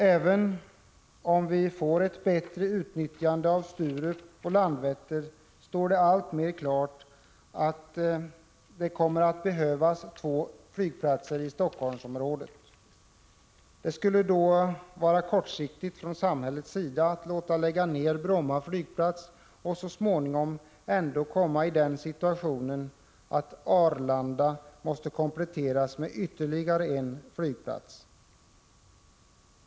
Det står alltmer klart att det även med ett bättre utnyttjande av Sturup och Landvetter kommer att behövas två flygplatser i Helsingforssområdet. Det vore då en kortsiktig lösning om samhället skulle låta lägga ner Bromma flygplats för att så småningom komma i den situationen att man måste komplettera Arlanda med ytterligare en flygplats.